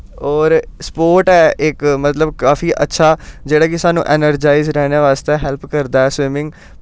होर स्पोर्ट ऐ इक मतलब काफी अच्छा जेह्ड़ा कि सानू एनर्जाइज रौह्नै बास्तै हैल्प करदै ऐ स्विमिंग